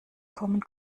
kommen